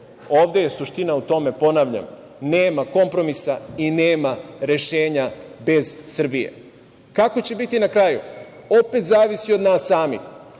ovde je suština o tome, ponavljam, nema kompromisa i nema rešenja bez Srbije. Kako će biti na kraju opet zavisi od nas samih